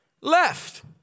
left